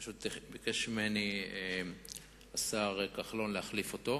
פשוט, ביקש ממני השר כחלון להחליף אותו.